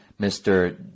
Mr